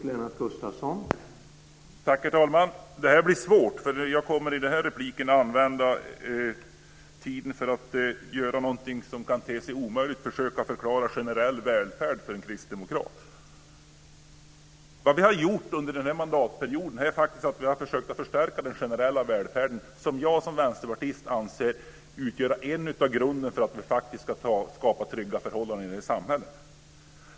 Herr talman! Det här blir svårt: Jag kommer i den här repliken att använda tiden för att göra någonting som kan te sig omöjligt, nämligen försöka förklara generell välfärd för en kristdemokrat. Vi har under denna mandatperiod försökt att förstärka den generella välfärden, som jag som vänsterpartist anser utgör en av grunderna för att skapa trygga förhållanden i samhället.